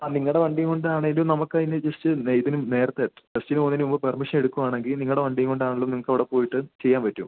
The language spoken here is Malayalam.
ആ നിങ്ങളുടെ വണ്ടിയും കൊണ്ടാണെങ്കിലും നമുക്ക് അതിന് ജസ്റ്റ് ഇതിന് നേരത്തെ ടെസ്റ്റിന് പോവുന്നതിന് മുമ്പ് പെർമിഷ എടുക്കുകയാണെങ്കിൽ നിങ്ങളുടെ വണ്ടിയും കൊണ്ടാണെങ്കിലും നിങ്ങൾക്കവിടെ പോയിട്ട് ചെയ്യാൻ പറ്റും